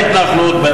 בהתנחלות,